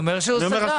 הוא אומר שהוא סגר.